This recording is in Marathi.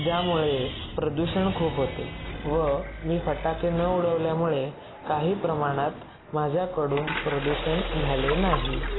ज्यामुळे प्रदूषण खूप होते व मी फटाके न उडवल्यामुळे काही प्रमाणात माझ्याकडून प्रदूषण झाले नाही